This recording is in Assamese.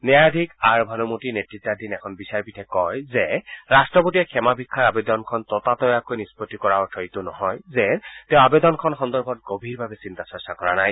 ন্যায়াধীশ আৰ ভানুমতি নেত়ত্বাধীন এখন বিচাৰপীঠে কয় যে ৰাট্টপতিয়ে ক্ষমা ভিক্ষাৰ আবেদনখন ততাতৈয়াকৈ নিষ্পত্তি কৰাৰ অৰ্থ এইটো নহয় যে তেওঁ আবেদনখন সন্দৰ্ভত গভীৰভাৱে চিন্তা চৰ্চা কৰা নাই